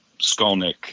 Skolnick